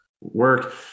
work